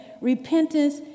repentance